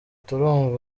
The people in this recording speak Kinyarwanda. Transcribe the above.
turumva